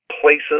places